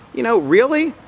you know, really,